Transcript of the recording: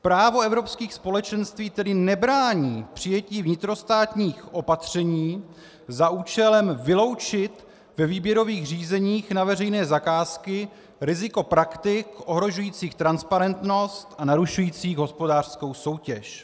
Právo Evropských společenství tedy nebrání přijetí vnitrostátních opatření za účelem vyloučit ve výběrových řízeních na veřejné zakázky riziko praktik ohrožujících transparentnost a narušujících hospodářskou soutěž.